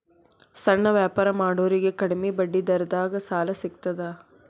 ಸಣ್ಣ ವ್ಯಾಪಾರ ಮಾಡೋರಿಗೆ ಕಡಿಮಿ ಬಡ್ಡಿ ದರದಾಗ್ ಸಾಲಾ ಸಿಗ್ತದಾ?